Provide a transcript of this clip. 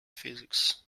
physics